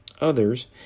others